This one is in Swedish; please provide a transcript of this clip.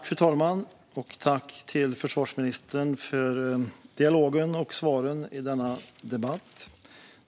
Fru talman! Tack, försvarsministern, för dialogen och svaren i denna debatt!